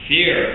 Fear